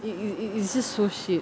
i~ i~ i~ it's just so shit